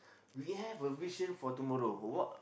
we have a vision for tomorrow what